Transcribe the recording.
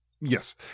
yes